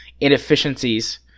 inefficiencies